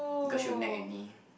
cause she will nag at me